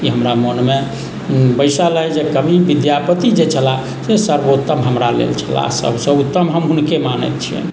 ई हमरा मोनमे बैसल अछि जे कवि विद्यापति जे छलाह से सर्वोत्तम हमरा लेल छलाह तऽ सर्वोत्तम हम हुनके मानैत छियनि